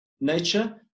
nature